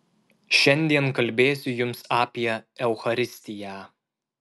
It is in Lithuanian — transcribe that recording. šiandien kalbėsiu jums apie eucharistiją